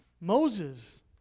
Moses